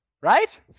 right